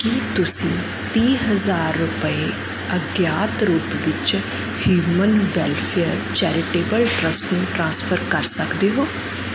ਕੀ ਤੁਸੀਂਂ ਤੀਹ ਹਜ਼ਾਰ ਰੁਪਏ ਅਗਿਆਤ ਰੂਪ ਵਿੱਚ ਹਿਊਮਨ ਵੈਲਫ਼ੇਅਰ ਚੈਰੀਟੇਬਲ ਟ੍ਰਸਟ ਨੂੰ ਟ੍ਰਾਂਸਫਰ ਕਰ ਸਕਦੇ ਹੋ